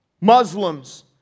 Muslims